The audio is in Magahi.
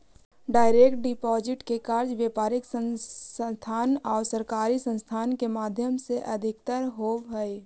डायरेक्ट डिपॉजिट के कार्य व्यापारिक संस्थान आउ सरकारी संस्थान के माध्यम से अधिकतर होवऽ हइ